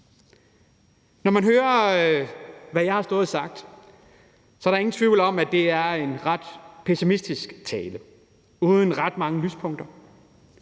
Når man hører, hvad jeg har stået og sagt, er der ingen tvivl om, at det er en ret pessimistisk tale uden ret mange lyspunkter.